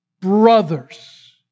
brothers